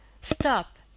stop